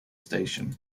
station